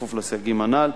כפוף לסייגים הנ"ל.